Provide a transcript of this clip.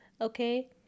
okay